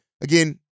Again